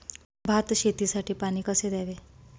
भात शेतीसाठी पाणी कसे द्यावे?